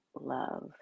love